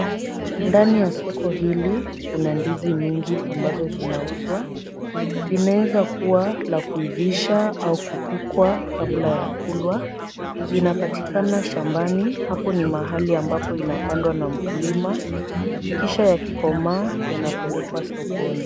Ndani ya soko hili kuna ndizi nyingi ambazo zinauzwa. Zinaweza kuwa la kuivisha au kupikwa kabla ya kulwa. Lina patikana shambani, hapo ni mahali ambapo inapandwa na mkulima. Kisha yakikomaa yanapelekwa sokoni.